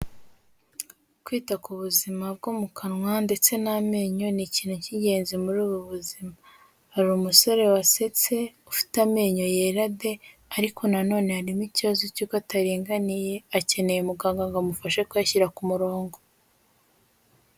Kwita ku buzima bwo mu kanwa ndetse n'amenyo ni ikintu cy'ingenzi muri ubu buzima, hari umusore wasetse ufite amenyo yera de, ariko nanone harimo ikibazo cy'uko atarenganiye akeneye muganga ngo amufashe kuyashyira ku murongo.